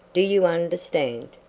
do you understand?